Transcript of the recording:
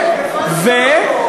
וזה הכול.